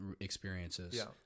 experiences